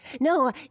No